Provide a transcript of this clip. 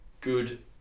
good